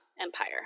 empire